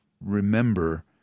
remember